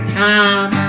time